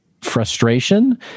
frustration